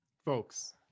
Folks